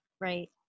right